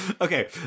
Okay